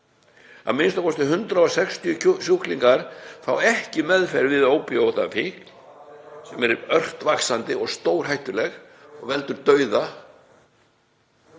að minnsta kosti 160 sjúklingar fái ekki meðferð við ópíóðafíkn,“ — sem fer ört vaxandi og er stórhættuleg og veldur dauða